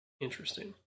interesting